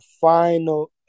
final